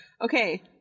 Okay